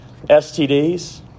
STDs